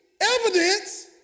evidence